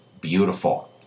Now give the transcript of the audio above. beautiful